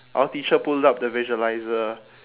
our teacher pulled up the visualiser